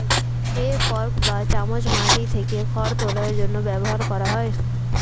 হে fork বা চামচ মাটি থেকে খড় তোলার জন্য ব্যবহার করা হয়